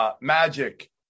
Magic